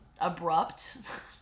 abrupt